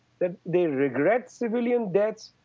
that they regret civilian deaths,